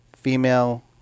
female